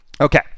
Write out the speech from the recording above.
Okay